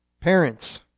Parents